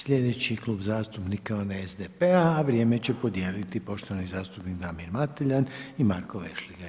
Slijedeći Klub zastupnika je onaj SDP-a, a vrijeme će podijeliti poštovani zastupnik Damir Mateljan i Marko Vešligaj.